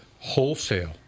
wholesale